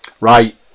Right